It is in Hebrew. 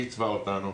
היא עיצבה אותנו